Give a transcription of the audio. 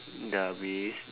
dah habis